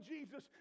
Jesus